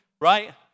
right